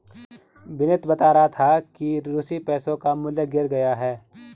विनीत बता रहा था कि रूसी पैसों का मूल्य गिर गया है